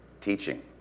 teaching